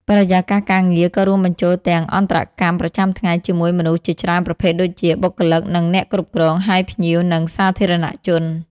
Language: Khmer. បរិយាកាសការងារក៏រួមបញ្ចូលទាំងអន្តរកម្មប្រចាំថ្ងៃជាមួយមនុស្សជាច្រើនប្រភេទដូចជា បុគ្គលិក និងអ្នកគ្រប់គ្រង ហើយភ្ញៀវ និងសាធារណជន។